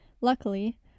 Luckily